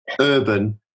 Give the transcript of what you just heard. urban